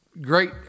Great